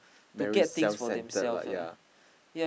very self centered lah ya